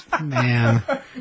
Man